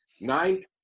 Nine